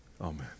Amen